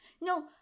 No